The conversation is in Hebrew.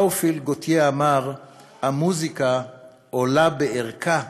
תאופיל גוטייה אמר: "המוזיקה עולה בערכה